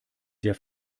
der